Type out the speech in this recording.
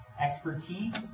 expertise